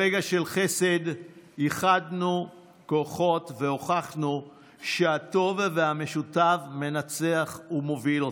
ברגע של חסד איחדנו כוחות והוכחנו שהטוב והמשותף מנצח ומוביל אותנו.